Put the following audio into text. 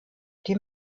dem